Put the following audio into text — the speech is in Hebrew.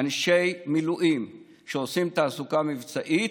אנשי מילואים שעושים תעסוקה מבצעית,